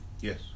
yes